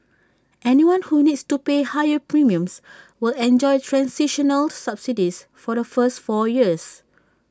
anyone who needs to pay higher premiums will enjoy transitional subsidies for the first four years